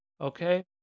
okay